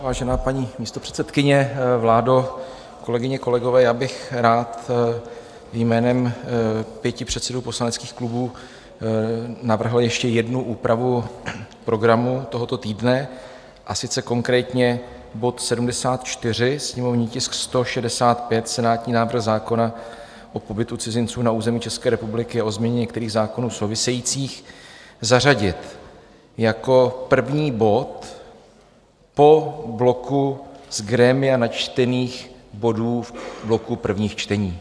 Vážená paní místopředsedkyně, vládo, kolegyně, kolegové, já bych rád jménem pěti předsedů poslaneckých klubů navrhl ještě jednu úpravu programu tohoto týdne, a sice konkrétně bod 74, sněmovní tisk 165 senátní návrh zákona o pobytu cizinců na území České republiky a o změně některých zákonů souvisejících zařadit jako první bod po bloku z grémia načtených bodů v bloku prvních čtení.